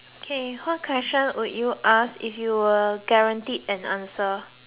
okay what question would you ask if you were guaranteed an answer